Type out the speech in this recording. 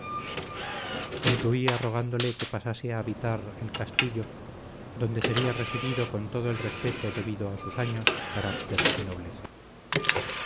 concluía rogándole que pasase a habitar el castillo donde sería recibido con todo el respeto debido a sus años carácter y nobleza